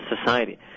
society